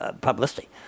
publicity